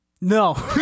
No